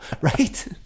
Right